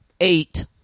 Eight